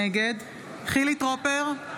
נגד חילי טרופר,